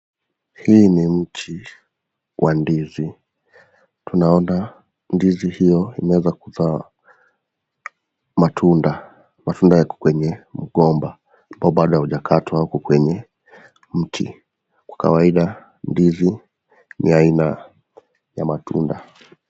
Hii ni mti wa ndizi, tunaona ndizi hiyo imeweza kuzaa matunda, matunda yako kwenye mgomba ambao bado haujakatwa uko kwenye mti, kwa kawaida ndizi ni aina ya matunda.